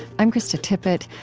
i'm krista tippett.